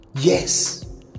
Yes